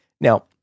now